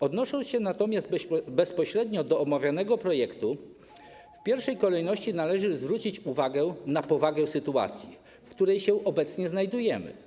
Odnosząc się natomiast bezpośrednio do omawianego projektu, w pierwszej kolejności należy zwrócić uwagę na powagę sytuacji, w której się obecnie znajdujemy.